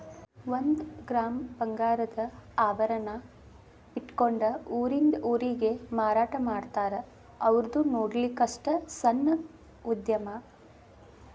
ಒಂದ ಗ್ರಾಮ್ ಬಂಗಾರದ ಆಭರಣಾ ಇಟ್ಕೊಂಡ ಊರಿಂದ ಊರಿಗೆ ಮಾರಾಟಾಮಾಡ್ತಾರ ಔರ್ದು ನೊಡ್ಲಿಕ್ಕಸ್ಟ ಸಣ್ಣ ಉದ್ಯಮಾ